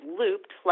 looped